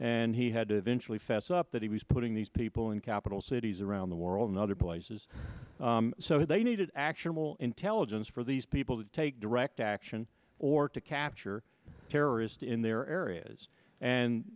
and he had to eventually fess up that he was putting these people in capital cities around the world in other places so they needed actionable intelligence for these people to take direct action or to capture terrorist in their areas and